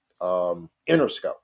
Interscope